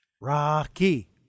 Rocky